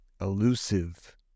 elusive